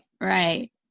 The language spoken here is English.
right